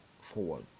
forward